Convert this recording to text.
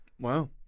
Wow